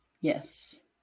Yes